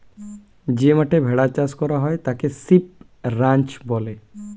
যে মাঠে ভেড়া চাষ করা হয় তাকে শিপ রাঞ্চ বলে